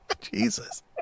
Jesus